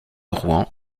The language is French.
rouen